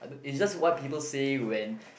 i the it's just what people say when